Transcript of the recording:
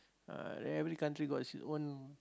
uh then every country got its own